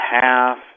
half